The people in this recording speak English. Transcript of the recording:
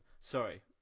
sorry